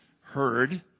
heard